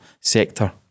sector